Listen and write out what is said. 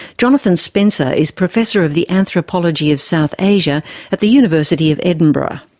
jonathan spencer is professor of the anthropology of south asia at the university of edinburgh.